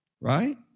Right